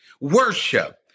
Worship